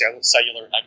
cellular